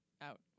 out